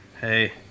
Hey